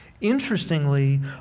interestingly